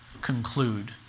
conclude